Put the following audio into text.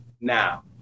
Now